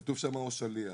כתוב שם "או שליח".